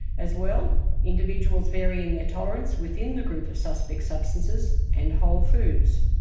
as well individuals vary in their tolerance within the group of suspect substances and whole foods.